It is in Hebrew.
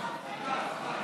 יש לך אפשרות,